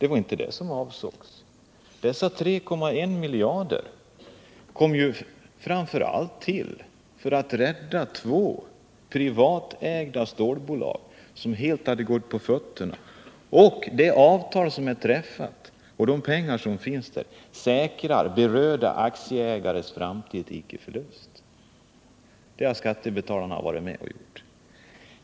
Det var inte det som var avsikten, inte heller att anslå dessa 3,1 miljarder framför allt för att rädda två privatägda stålbolag som helt hade förlorat marken under fötterna. Det avtal som träffats och de pengar som nu finns inom SSAB säkrar berörda aktieägares framtid — det har skattebetalarna varit med om att betala.